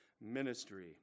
ministry